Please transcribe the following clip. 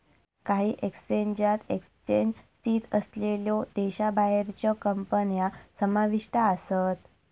काही एक्सचेंजात एक्सचेंज स्थित असलेल्यो देशाबाहेरच्यो कंपन्या समाविष्ट आसत